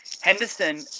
Henderson